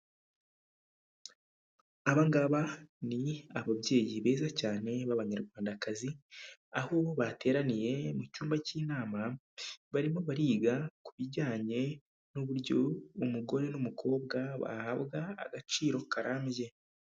Aba ngaba ni ababyeyi beza cyane b'abanyarwandakazi, aho bateraniye mu cyumba cy'inama barimo bariga ku bijyanye n'uburyo umugore n'umukobwa bahabwa agaciro karambye.